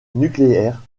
nucléaire